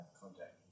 contact